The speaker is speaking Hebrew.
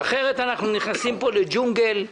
אחרת אנחנו נכנסים לג'ונגל.